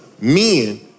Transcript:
men